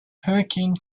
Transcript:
hurricane